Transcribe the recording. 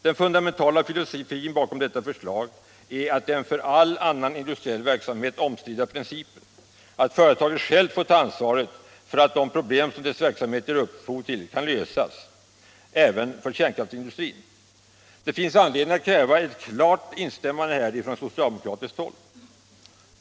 Den fundamentala filosofin bakom detta förslag är att den för all annan industriell verksamhet oomstridda principen, att företaget självt får ta ansvaret för att de problem som dess verksamhet ger upphov till kan lösas, måste gälla även för kärnkraftsindustrin. Det finns anledning att kräva ett klart instämmande häri från socialdemokratiskt håll.